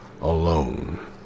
alone